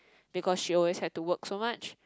because she always have to work so much